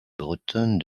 bretonne